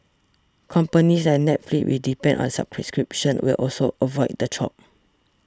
companies like Netflix which depend on subscriptions will also avoid the chop